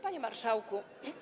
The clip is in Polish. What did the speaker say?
Panie Marszałku!